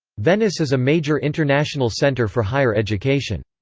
venice is a major international centre for higher education.